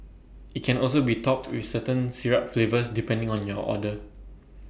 IT can also be topped with certain syrup flavours depending on your order